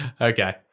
Okay